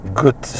good